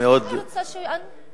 כיצד מסעדה